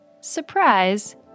surprise